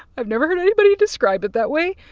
i've never heard anybody describe it that way.